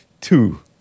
Two